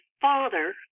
father